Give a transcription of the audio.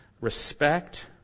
respect